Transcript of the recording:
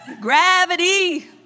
Gravity